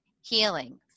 healing